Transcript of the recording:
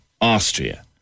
Austria